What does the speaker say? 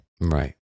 Right